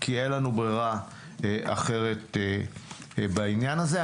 אין לנו ברירה אחרת בעניין הזה.